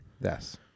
Yes